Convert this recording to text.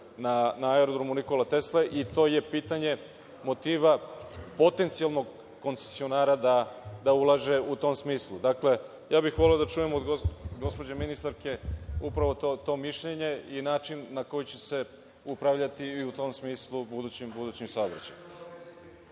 na Aerodromu „Nikola Tesla“ i to je pitanje motiva potencijalnog koncesionara da ulaže u tom smislu. Dakle, voleo bih da čujem od gospođe ministarke upravo to mišljenje i način na koji će se upravljati budućim saobraćajem.